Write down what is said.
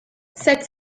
cette